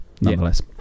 nonetheless